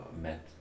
met